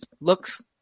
looks